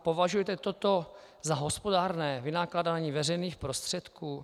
Považujete toto za hospodárné vynakládání veřejných prostředků?